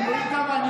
אני מאוד רגוע.